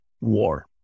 war